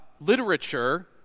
literature